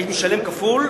האיש ישלם כפול,